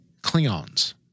Klingons